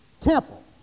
temple